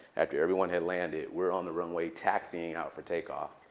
after everyone had landed, we're on the runway taxiing out for takeoff.